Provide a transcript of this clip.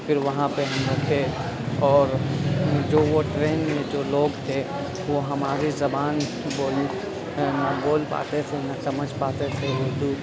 پھر وہاں پہ ہم اٹھے اور جو وہ ٹرین میں جو لوگ تھے وہ ہماری زبان بول نہ بول پاتے تھے نہ سمجھ پاتے تھے اردو